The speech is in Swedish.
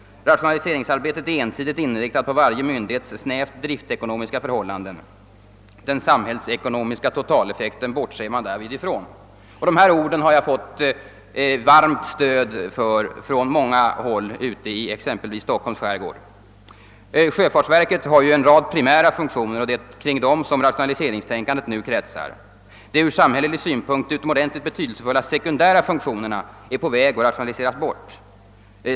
Rationaliseringsarbetet är ensidigt inriktat på varje myndighets snävt driftekonomiska förhållanden; den samhällsekonomiska totaleffekten bortser man därvid ifrån.» För dessa ord har jag fått varmt stöd från många håll, exempelvis ute i Stockholms skärgård. Sjöfartsverket har ju en rad primära funktioner och det är kring dessa rationaliseringstänkandet nu kretsar. De ur samhällelig synpunkt utomordentligt betydelsefulla sekundära funktionerna är därvid på väg att rationaliseras bort.